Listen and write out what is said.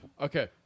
Okay